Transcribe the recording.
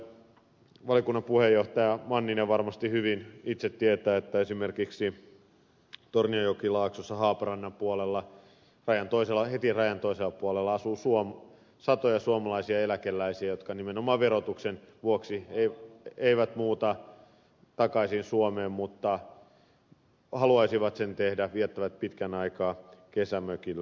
valtiovarainvaliokunnan puheenjohtaja manninen varmasti hyvin itse tietää että esimerkiksi tornionjokilaaksossa haaparannan puolella heti rajan toisella puolella asuu satoja suomalaisia eläkeläisiä jotka nimenomaan verotuksen vuoksi eivät muuta takaisin suomeen mutta haluaisivat sen tehdä viettävät pitkän aikaa kesämökillä